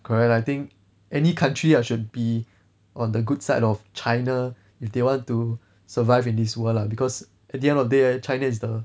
correct I think any country ah should be on the good side of china if they want to survive in this world lah because at the end of day china is the